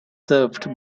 served